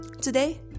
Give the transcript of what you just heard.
Today